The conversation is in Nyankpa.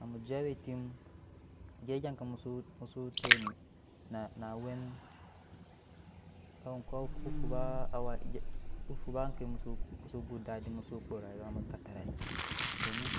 Namu je awaa eti mu gyɛp egya ke mu su musu cee ne nana awe mu kɔkɔ ku fubaa awa egya ku fubaa ke mu zo go odadi mu so okoo va yuwa mu ekatarai domin